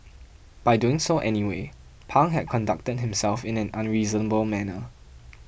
by doing so anyway Pang had conducted himself in an unreasonable manner